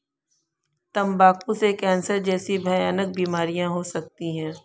तंबाकू से कैंसर जैसी भयानक बीमारियां हो सकती है